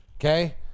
okay